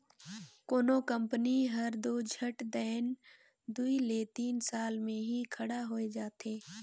कोनो कंपनी हर दो झट दाएन दुई ले तीन साल में ही खड़ा होए जाथे